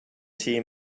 tea